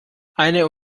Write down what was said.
eine